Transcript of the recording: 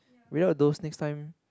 without those next time